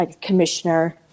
commissioner